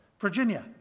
Virginia